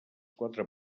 quatre